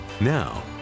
Now